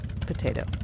potato